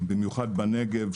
במיוחד בנגב,